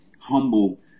Humble